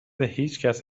هیچکس